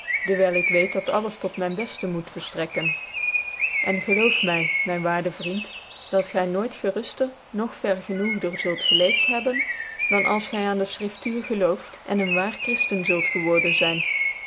dcwyl ik weet dat alles tot myn belle moet verftrekken en geloof my myn waarde vriend dit gy nooit gerultcr nog vergenocgder zult gelecft hebben dan als gy aan de schriftuur gelooft en een waar chriftcn zult geworden zyn